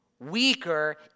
Weaker